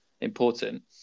important